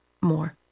more